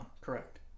Correct